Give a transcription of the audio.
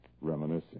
Reminiscing